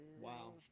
Wow